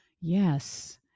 yes